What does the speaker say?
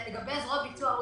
לגבי הזרוע ביצוע,